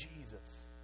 Jesus